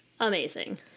Amazing